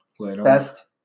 best